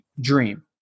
Dream